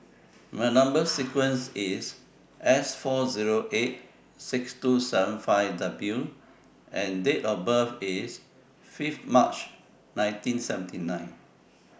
Number sequence IS S four Zero eight six two seven five W and Date of birth IS five March nineteen seventy nine